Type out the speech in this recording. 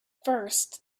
first